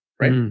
right